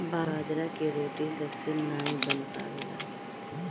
बाजरा के रोटी सबसे नाई बन पावेला